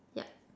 yup